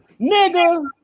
Nigga